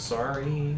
Sorry